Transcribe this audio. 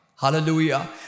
Hallelujah